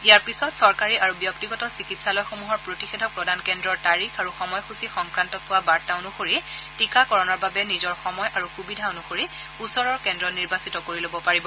ইয়াৰ পিছত চৰকাৰী আৰু ব্যক্তিগত চিকিৎসালয়সমূহৰ প্ৰতিষেধক প্ৰদান কেন্দ্ৰৰ তাৰিখ আৰু সময়সূচী সংক্ৰান্তত পোৱা বাৰ্তা অনুসৰি টীকাকৰণৰ বাবে নিজৰ সময় আৰু সুবিধা অনুসৰি ওচৰৰ কেন্দ্ৰ নিৰ্বাচিত কৰি লব পাৰিব